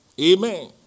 Amen